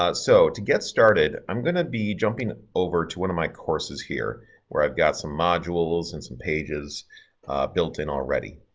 so to get started i'm going to be jumping over to one of my courses here where i've got some modules and some pages built in already.